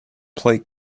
plaque